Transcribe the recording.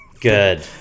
Good